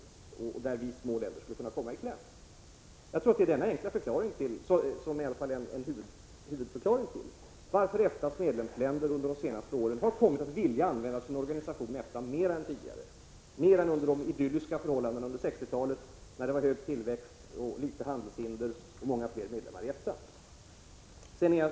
De små länderna skulle då komma i kläm. Jag tror att detta kan vara huvudförklaringen till att EFTA:s medlemsländer under de senaste åren har kommit att vilja använda sin organisation mer än tidigare, mer än under de idylliska förhållandena på 1960-talet, då man hade stor tillväxt, få handelshinder och många fler medlemmar i EFTA.